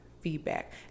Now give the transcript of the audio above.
feedback